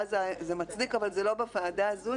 ואז זה מצדיק אבל לדעתי זה לא בוועדה הזו,